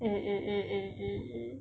eh eh eh eh eh